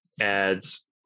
adds